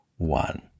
one